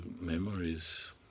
memories